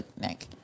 Nick